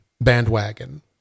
bandwagon